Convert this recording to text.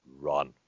run